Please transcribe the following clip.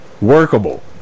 workable